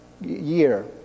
year